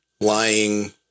lying